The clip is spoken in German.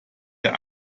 der